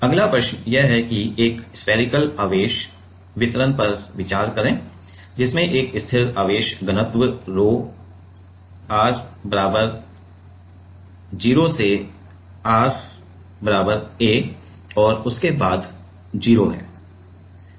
अगला प्रश्न यह है कि एक स्फेरिकल आवेश वितरण पर विचार करें जिसमें एक स्थिर आवेश घनत्व रोह r बराबर 0 से r बराबर a और उसके बाद 0 है